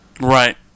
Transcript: right